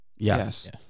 Yes